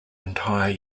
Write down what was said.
entire